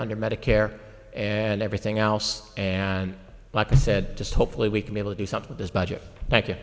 under medicare and everything else and like i said just hopefully we can be able to do something with his budget tha